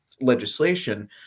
legislation